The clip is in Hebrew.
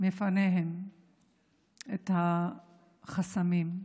בפניהם את החסמים.